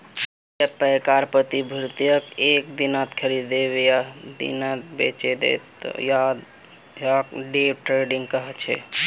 जब पैकार प्रतिभूतियक एक दिनत खरीदे वेय दिना बेचे दे त यहाक डे ट्रेडिंग कह छे